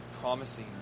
promising